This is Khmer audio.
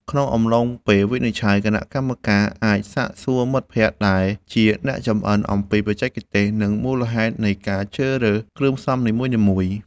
ក្នុងអំឡុងពេលវិនិច្ឆ័យ គណៈកម្មការអាចសាកសួរមិត្តភក្តិដែលជាអ្នកចម្អិនអំពីបច្ចេកទេស និងមូលហេតុនៃការជ្រើសរើសគ្រឿងផ្សំនីមួយៗ។